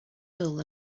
dull